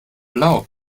blau